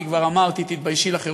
אני כבר אמרתי: תתביישי לך,